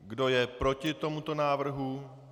Kdo je proti tomuto návrhu?